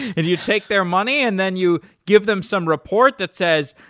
and you take their money and then you give them some report that says,